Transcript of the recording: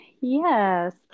Yes